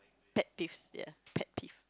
pet peeves ya pet peeve